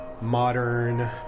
modern